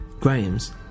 Graham's